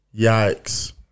Yikes